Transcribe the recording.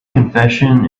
confession